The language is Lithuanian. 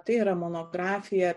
tai yra monografija